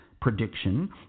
prediction